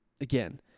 again